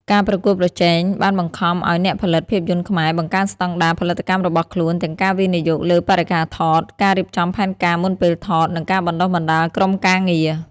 ការប្រកួតប្រជែងបានបង្ខំឲ្យអ្នកផលិតភាពយន្តខ្មែរ បង្កើនស្តង់ដារ ផលិតកម្មរបស់ខ្លួន ទាំងការវិនិយោគលើបរិក្ខារថត ការរៀបចំផែនការមុនពេលថត និងការបណ្តុះបណ្តាលក្រុមការងារ។